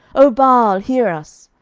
o baal, hear us.